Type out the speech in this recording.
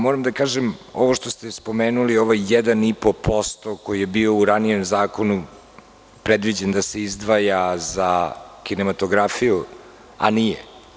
Moram da kažem, ovo što ste spomenuli, ovaj 1,5% koji je bio u ranijem zakonu predviđen da se izdvaja za kinematografiju a nije.